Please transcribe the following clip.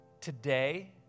today